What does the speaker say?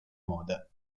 moda